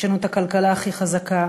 יש לנו הכלכלה הכי חזקה,